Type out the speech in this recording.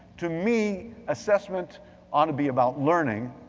to me assessment ought to be about learning.